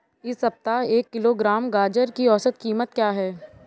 इस सप्ताह एक किलोग्राम गाजर की औसत कीमत क्या है?